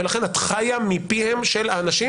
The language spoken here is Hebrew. לכן את חיה מפיהם של האנשים,